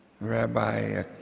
Rabbi